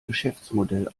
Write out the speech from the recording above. geschäftsmodell